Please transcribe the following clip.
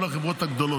כל החברות הגדולות,